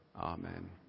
Amen